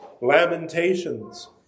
Lamentations